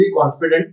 confident